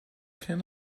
can